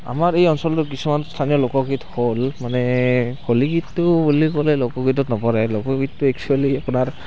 আমাৰ এই অঞ্চলটোত কিছুমান স্থানীয় লোকগীত হ'ল মানে হোলী গীতটো বুলি ক'লে লোকগীতত নপৰে লোকগীতটো একচুৱেলী আপোনাৰ